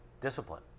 discipline